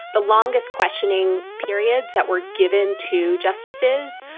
the longest questioning periods that were given to justices,